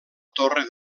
torre